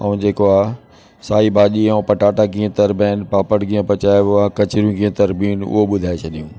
ऐं जेको आहे साईं भाॼी ऐं पटाटा कीअं तरबा आहिनि पापड़ कीअं पचाइबो आहे कचरियूं कीअं तरबियूं आहिनि उहे ॿुधाए छॾियूं